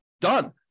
Done